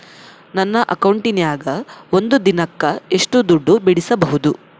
ನನ್ನ ಅಕೌಂಟಿನ್ಯಾಗ ಒಂದು ದಿನಕ್ಕ ಎಷ್ಟು ದುಡ್ಡು ಬಿಡಿಸಬಹುದು?